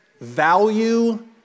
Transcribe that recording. value